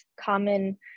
common